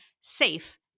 safe